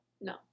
No